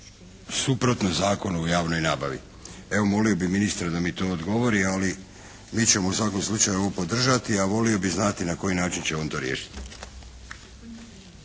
suprotno Zakonu o javnoj nabavi. Evo, molio bi ministra da mi to odgovori ali mi ćemo u svakom slučaju ovo podržati, a volio bi znati na koji način će on to riješiti.